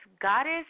Goddess